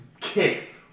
kick